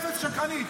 את אפס, שקרנית.